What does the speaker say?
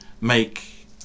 make